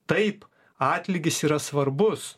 taip atlygis yra svarbus